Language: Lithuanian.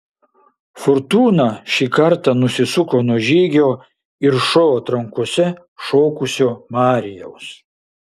fortūna šį kartą nusisuko nuo žygio ir šou atrankose šokusio marijaus